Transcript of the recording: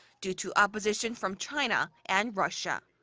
due to opposition from china and russia.